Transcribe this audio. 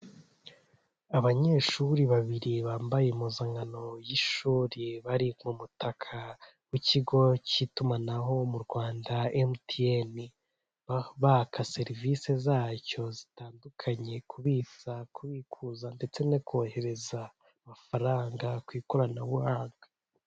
Abanyeshuri babiri bambaye impuzankano y'ishuri bari ku mutaka w'ikigo k'itumanaho mu Rwanda emutiyene, baka serivisi zacyo zitandukanye kubitsa, kubikuza ndetse no kohereza amafaranga ku ikoranabuhanga.